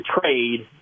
trade